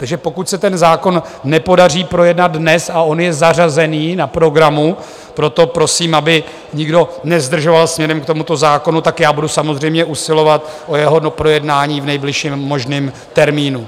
Takže pokud se ten zákon nepodaří projednat dnes a on je zařazen na programu, proto prosím, aby nikdo nezdržoval směrem k tomuto zákonu tak budu samozřejmě usilovat o jeho doprojednání v nejbližším možném termínu.